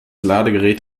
ladegerät